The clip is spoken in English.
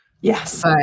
Yes